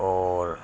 اور